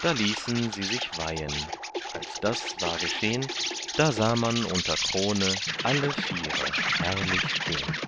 da ließen sie sich weihen als das war geschehn da sah man unter krone alle viere herrlich stehn